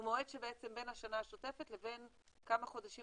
זה מועד שבעצם בין השנה השוטפת לבין כמה חודשים